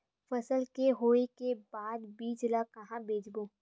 फसल के होय के बाद बीज ला कहां बेचबो?